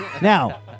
Now